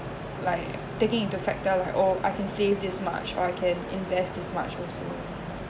like taking into factor like oh I can save this much or I can invest this much also